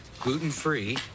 Gluten-free